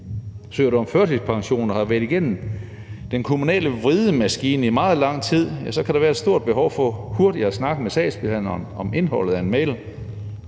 Søger du om førtidspension og har været igennem den kommunale vridemaskine i meget lang tid, kan der være et stort behov for hurtigt at snakke med sagsbehandleren om indholdet af en mail.